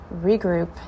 regroup